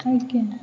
ଆଜ୍ଞା